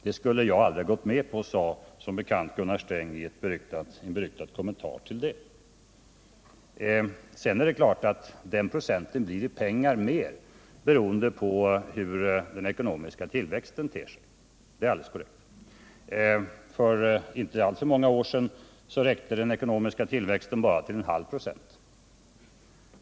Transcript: Det skulle jag aldrig ha gått med på, sade som bekant Gunnar Sträng i en beryktad kommentar till det. Sedan är det klart att den procenten blir mer i pengar räknat beroende på den ekonomiska tillväxten. För inte alltför många år sedan räckte den ekonomiska tillväxten till bara en halv procent.